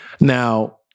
Now